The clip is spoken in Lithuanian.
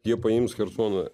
jie paims chersoną